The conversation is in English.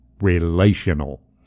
relational